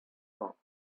box